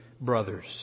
brothers